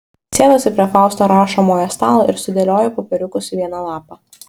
sėduosi prie fausto rašomojo stalo ir sudėlioju popieriukus į vieną lapą